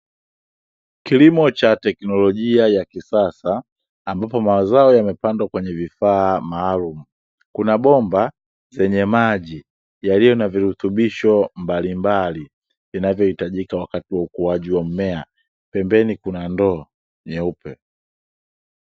Kilimo cha teknolojia ya kisasa ambapo mazao yamepandwa kwenye vifaa maalumu, kuna bomba zenye maji yaliyo na virutubisho mbalimbali vinavyohitajika wakati wa ukuaji wa mmea, pembeni kuna ndoo nyeupe.